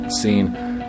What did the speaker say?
scene